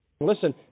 Listen